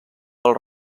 del